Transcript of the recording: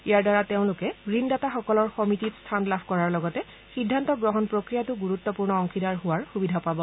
ইয়াৰ দ্বাৰা তেওঁলোকে ঋণদাতাসকলৰ সমিতিৰ স্থান লাভ কৰাৰ লগতে সিদ্ধান্ত গ্ৰহণ প্ৰক্ৰিয়াত গুৰুতপূৰ্ণ অংশীদাৰ হোৱাতো সুবিধা পাব